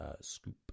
scoop